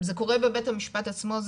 בבית המשפט עצמו,